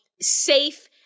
safe